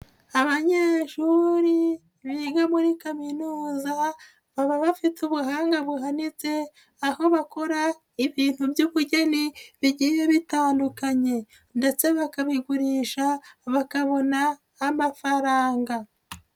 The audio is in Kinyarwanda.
Abanyeshuri biga muri kaminuza baba bafite ubuhanga buhanitse aho bakora ibintu by'ubugeni bigiye bitandukanye ndetse bakabigurisha bakabona amafaranga.